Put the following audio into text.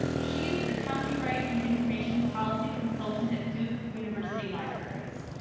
she is the copyright and information policy consultant at duke university libraries.